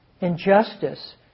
injustice